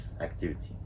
activity